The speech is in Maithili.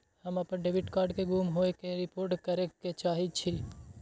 हम अपन डेबिट कार्ड के गुम होय के रिपोर्ट करे के चाहि छी